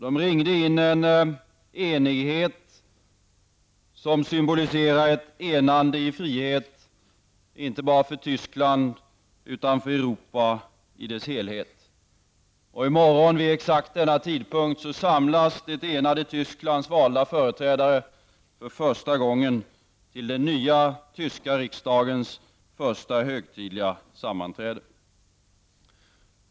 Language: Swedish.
De ringde in en enighet som symboliserar ett enande i frihet, inte bara för Tyskland, utan för Europa i dess helhet. Och i morgon vid denna tidpunkt samlas det enade Tysklands valda företrädare för första gången till den nya tyska riksdagens första högtidliga sammanträde.